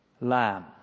lamb